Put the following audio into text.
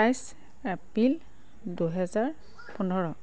বাইছ এপ্ৰিল দুহেজাৰ পোন্ধৰ